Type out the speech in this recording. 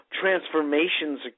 transformations